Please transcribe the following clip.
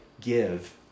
give